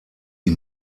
die